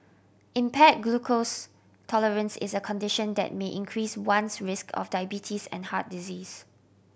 impaired glucose tolerance is a condition that may increase one's risk of diabetes and heart disease